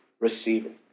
receiving